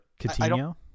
Coutinho